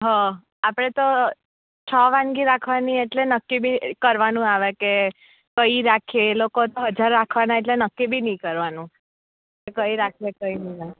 હા આપણે તો છ વાનગી રાખવાની એટલે નક્કી બી કરવાનું આવે કે કઈ રાખીએ એ લોકો તો હજાર રાખવાના એટલે નક્કી બી નહીં કરવાનું કઈ રાખીએ કઈ ન રાખીએ